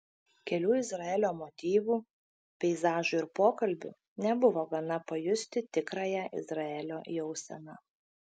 kelių izraelio motyvų peizažų ir pokalbių nebuvo gana pajusti tikrąją izraelio jauseną